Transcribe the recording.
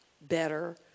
better